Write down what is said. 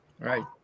Right